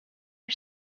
are